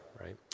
right